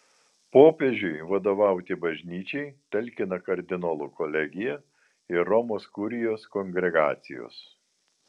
popiežiui vadovauti bažnyčiai talkina kardinolų kolegija ir romos kurijos kongregacijos